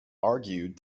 argued